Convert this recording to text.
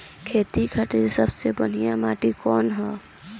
खेती खातिर सबसे बढ़िया माटी कवन ह?